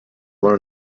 learn